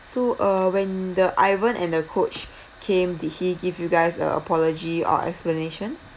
so uh when the ivan and the coach came did he give you guys a apology or explanation